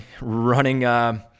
running